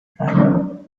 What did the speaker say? driver